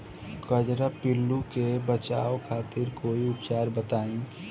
कजरा पिल्लू से बचाव खातिर कोई उपचार बताई?